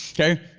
okay?